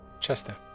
Chester